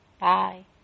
Bye